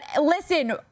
listen